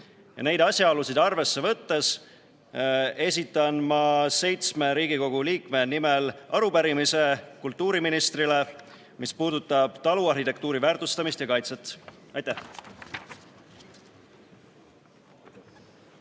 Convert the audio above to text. Neid asjaolusid arvesse võttes esitan ma seitsme Riigikogu liikme nimel kultuuriministrile arupärimise, mis puudutab taluarhitektuuri väärtustamist ja kaitset. Aitäh!